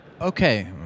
Okay